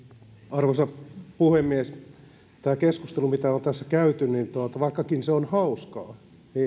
arvoisa puhemies tästä keskustelusta mitä on tässä käyty vaikkakin se on hauskaa niin